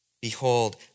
Behold